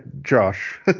Josh